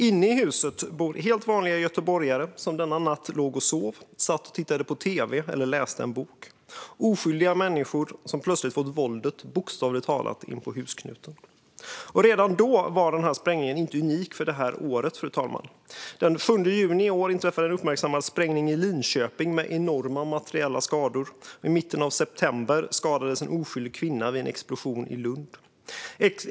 Inne i huset bor helt vanliga göteborgare som denna natt låg och sov, satt och tittade på tv eller läste en bok. Det var oskyldiga människor som plötsligt fått våldet bokstavligt talat in på husknuten. Redan då var sprängningen inte unik för det här året, fru talman. Den 7 juni i år inträffade en uppmärksammad sprängning i Linköping med enorma materiella skador, och i mitten av september skadades en oskyldig kvinna vid en explosion i Lund.